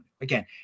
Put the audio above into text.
Again